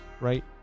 right